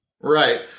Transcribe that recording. right